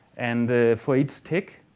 and for each tick,